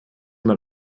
mal